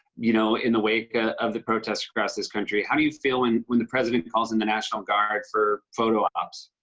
you know, in the wake of the protests across this country. how do you feel when the president calls in the national guard for photo-ops?